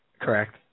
Correct